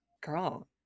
girl